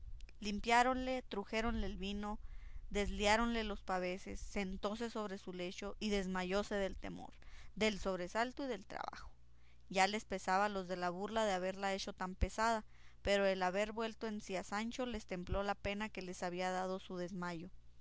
hago agua limpiáronle trujéronle el vino desliáronle los paveses sentóse sobre su lecho y desmayóse del temor del sobresalto y del trabajo ya les pesaba a los de la burla de habérsela hecho tan pesada pero el haber vuelto en sí sancho les templó la pena que les había dado su desmayo